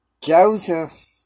Joseph